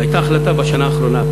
הייתה החלטה בשנה האחרונה,